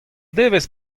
devezh